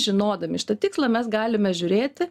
žinodami šitą tikslą mes galime žiūrėti